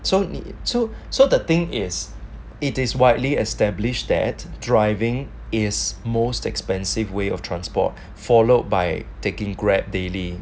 so so so so the thing is it is widely established that driving is most expensive way of transport followed by taking Grab daily